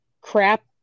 crap